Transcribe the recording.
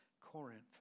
Corinth